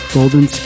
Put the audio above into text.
Golden